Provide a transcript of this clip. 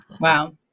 wow